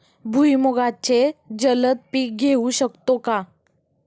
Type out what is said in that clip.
भुईमुगाचे जलद पीक घेऊ शकतो का?